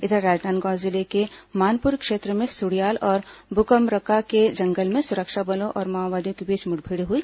इधर राजनांदगांव जिले के मानपुर क्षेत्र के सुडियाल और बुकमरका के जंगल में सुरक्षा बलों और माओवादियों के बीच मुठभेड़ हुई